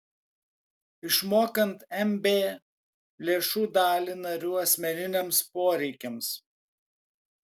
išmokant mb lėšų dalį narių asmeniniams poreikiams